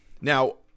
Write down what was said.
Now